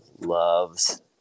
loves